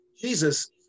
Jesus